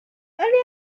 earlier